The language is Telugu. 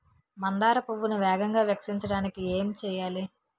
మందార పువ్వును వేగంగా వికసించడానికి ఏం చేయాలి?